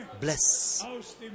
Bless